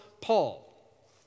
Paul